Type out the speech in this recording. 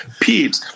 Pete